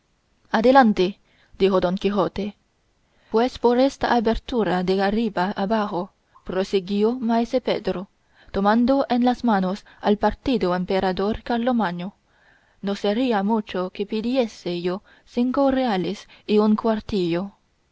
adelante dijo don quijote pues por esta abertura de arriba abajo prosiguió maese pedro tomando en las manos al partido emperador carlomagno no sería mucho que pidiese yo cinco reales y un cuartillo